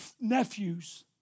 nephews